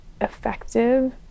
effective